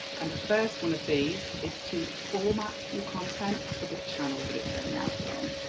and the first one of these is to format your content for the channel that it's going out on.